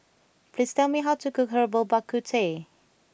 please tell me how to cook Herbal Bak Ku Teh